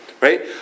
right